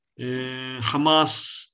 Hamas